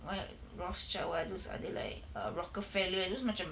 what rothschild what those other like err rockefeller and those macam